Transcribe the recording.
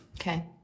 Okay